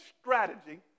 strategy